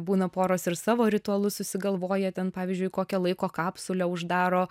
būna poros ir savo ritualus susigalvoja ten pavyzdžiui kokią laiko kapsulę uždaro